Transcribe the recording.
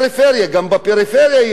גם בפריפריה יש יהודים